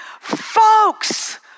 folks